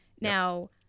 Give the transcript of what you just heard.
Now